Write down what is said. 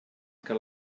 que